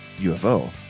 UFO